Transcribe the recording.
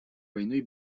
войной